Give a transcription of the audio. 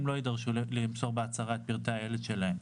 הם לא יידרשו למסור בהצהרה את פרטי הילד שלהם.